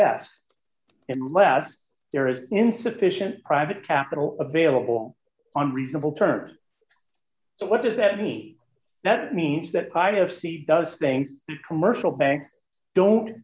less and less there is insufficient private capital available on reasonable terms so what does that mean that means that kind of seed does think mercial banks don't